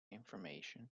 information